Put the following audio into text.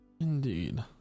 indeed